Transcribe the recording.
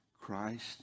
Christ